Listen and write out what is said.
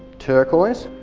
turquoise.